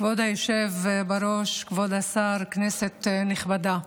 כבוד היושב בראש, כבוד השר, כנסת נכבדה,